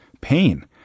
pain